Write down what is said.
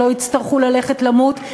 שלא יצטרכו ללכת למות,